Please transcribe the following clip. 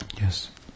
Yes